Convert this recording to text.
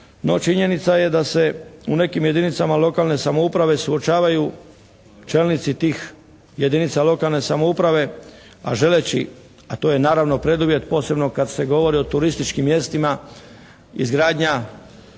činjenica je da se u nekim jedinicama lokalne samouprave suočavaju čelnici tih jedinica lokalne samouprave, a želeći, a to je naravno preduvjet posebno kad se govori o turističkim mjestima izgradnja